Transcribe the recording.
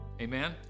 amen